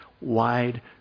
wide